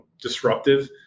disruptive